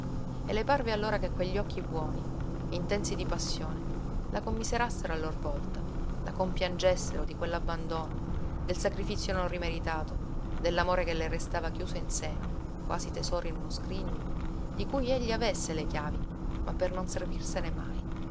e le parve allora che quegli occhi buoni intensi di passione la commiserassero a lor volta la compiangessero di quell'abbandono del sacrifizio non rimeritato dell'amore che le restava chiuso in seno quasi tesoro in uno scrigno di cui egli avesse le chiavi ma per non servirsene mai